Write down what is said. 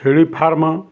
ଛେଳି ଫାର୍ମ